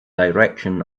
direction